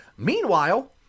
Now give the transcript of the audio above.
Meanwhile